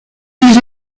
ils